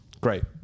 great